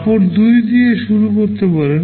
কাপড় 2 দিয়ে শুরু করতে পারেন